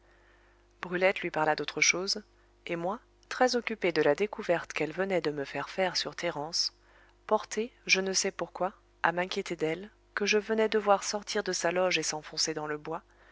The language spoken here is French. brulette lui parla d'autre chose et moi très occupé de la découverte qu'elle venait de me faire faire sur thérence porté je ne sais pourquoi à m'inquiéter d'elle que je venais de voir sortir de sa loge et s'enfoncer dans le bois